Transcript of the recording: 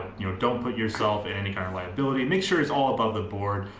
you know don't put yourself in any kind of liability, make sure it's all above the board.